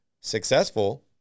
successful